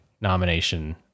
nomination